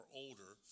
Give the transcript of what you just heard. older